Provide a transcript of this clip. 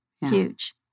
Huge